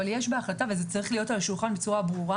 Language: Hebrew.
אבל יש בהחלטה וזה צריך להיות על השולחן בצורה ברורה